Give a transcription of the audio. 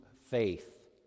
faith